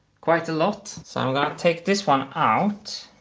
quite a lot. so i'm going to take this one out.